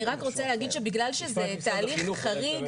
אני רק רוצה להגיד שבגלל שזה תהליך חריג,